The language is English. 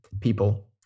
people